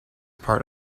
part